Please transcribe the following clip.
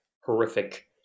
horrific